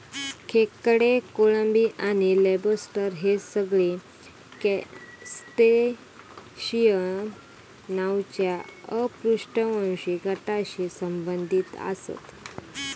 खेकडे, कोळंबी आणि लॉबस्टर हे सगळे क्रस्टेशिअन नावाच्या अपृष्ठवंशी गटाशी संबंधित आसत